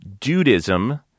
dudism